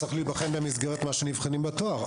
צריך להיבחן במסגרת מה שנבחנים בתואר.